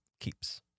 keeps